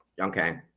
Okay